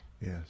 Yes